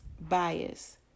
bias